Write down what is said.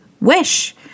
wish